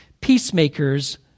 Peacemakers